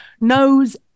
knows